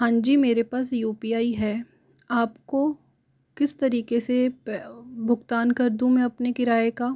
हाँ जी मेरे पास यू पी आई है आपको किस तरीके से पे भुगतान कर दूँ मैं अपने किराए का